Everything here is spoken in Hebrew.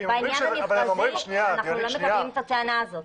אנחנו לא מקבלים את הטענה הזאת.